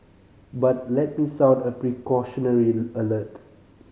but let me sound a precautionary alert